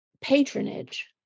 patronage